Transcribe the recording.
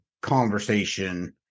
conversation